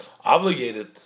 obligated